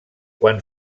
quan